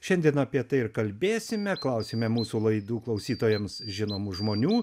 šiandien apie tai ir kalbėsime klausime mūsų laidų klausytojams žinomų žmonių